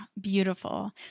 Beautiful